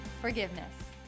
Forgiveness